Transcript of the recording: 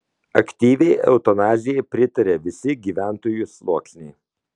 aktyviai eutanazijai pritaria visi gyventojų sluoksniai